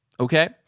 Okay